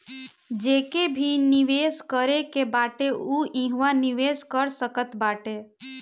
जेके भी निवेश करे के बाटे उ इहवा निवेश कर सकत बाटे